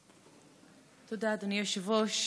תודה, אדוני היושב-ראש.